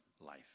life